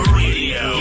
radio